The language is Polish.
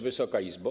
Wysoka Izbo!